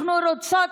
אנחנו רוצות